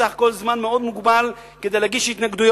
בסך הכול יש זמן מאוד מוגבל כדי להגיש התנגדויות.